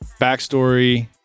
backstory